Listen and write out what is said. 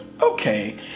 Okay